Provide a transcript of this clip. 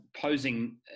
posing